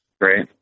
Right